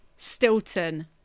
Stilton